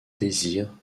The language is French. désir